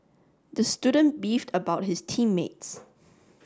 the student beefed about his team mates